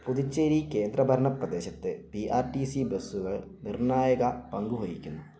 പുതുച്ചേരി കേന്ദ്രഭരണ പ്രദേശത്ത് P R T C ബസുകൾ നിർണായക പങ്ക് വഹിക്കുന്നു